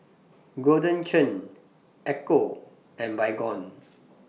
Golden Churn Ecco and Baygon